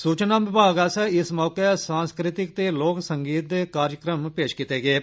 सूचना विभाग आस्सेआ इस मौके सांस्कृतिक ते लोक संगीत दे कार्जक्रम पेश कीते गेये